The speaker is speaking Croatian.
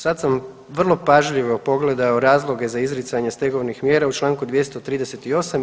Sad sam vrlo pažljivo pogledao razloge za izricanje stegovnih mjera u članku 238.